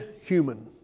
human